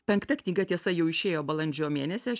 penkta knyga tiesa jau išėjo balandžio mėnesį aš